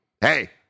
hey